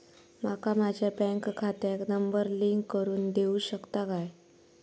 माका माझ्या बँक खात्याक नंबर लिंक करून देऊ शकता काय?